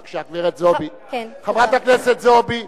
בבקשה, גברת זועבי, חברת הכנסת זועבי.